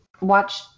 watch